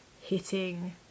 hitting